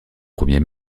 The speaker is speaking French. premier